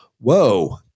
whoa